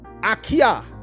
akia